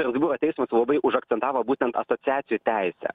strasbūro teismas labai užakcentavo būtent asociacijų teisę